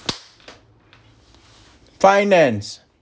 finance